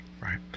Right